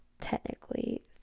technically